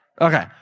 Okay